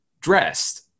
dressed